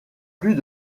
plus